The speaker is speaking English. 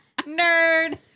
Nerd